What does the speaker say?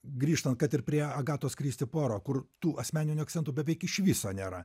grįžtant kad ir prie agatos kristi puaro kur tų asmeninių akcentų beveik iš viso nėra